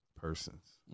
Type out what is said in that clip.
Persons